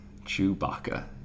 Chewbacca